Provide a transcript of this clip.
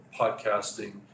podcasting